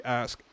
ask